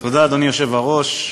היושב-ראש,